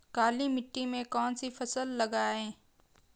काली मिट्टी में कौन सी फसल लगाएँ?